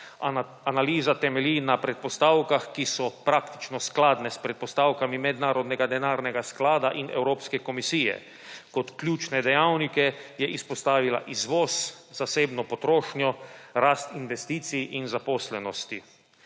Analiza temelji na predpostavkah, ki so praktično skladne s predpostavkami Mednarodnega denarnega sklada in Evropske komisije. Kot ključne dejavnike je izpostavila izvoz, zasebno potrošnjo, rast investicij in zaposlenosti.